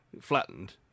flattened